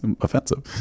offensive